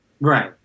Right